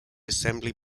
assembly